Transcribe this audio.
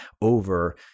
over